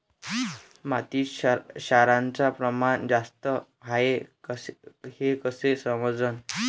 मातीत क्षाराचं प्रमान जास्त हाये हे कस समजन?